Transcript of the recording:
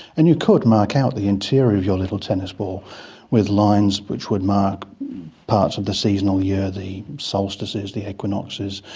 and you could mark out the interior of your little tennis ball with lines which would mark parts of the seasonal year, the solstices, the equinoxes,